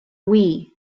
wii